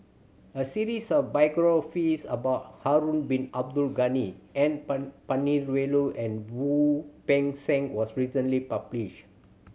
a series of biographies about Harun Bin Abdul Ghani N Palanivelu and Wu Peng Seng was recently published